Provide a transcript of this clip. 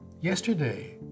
yesterday